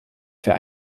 für